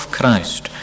Christ